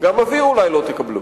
גם אוויר אולי לא תקבלו.